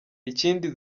ikindi